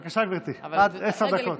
בבקשה, גברתי, עד עשר דקות.